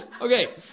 Okay